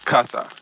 Casa